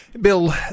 Bill